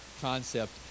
concept